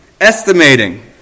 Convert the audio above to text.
estimating